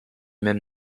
même